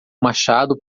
machado